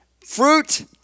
Fruit